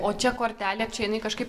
o čia kortelė čia jinai kažkaip